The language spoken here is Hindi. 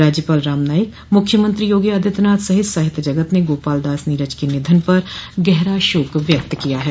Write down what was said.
राज्यपाल राम नाईक मुख्यमंत्री योगी आदित्यनाथ सहित साहित्य जगत ने गोपाल दास नीरज के निधन पर गहरा शोक व्यक्त किया है